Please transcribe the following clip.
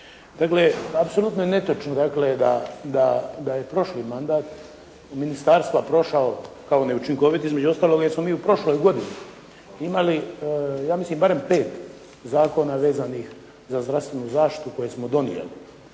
Dakle, apsolutno je netočno dakle da je prošli mandat ministarstva prošao kao neučinkovit između ostalog jer smo mi u prošloj godini imali ja mislim barem 5 zakona vezanih za zdravstvenu zaštitu koji smo donijeli.